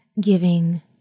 giving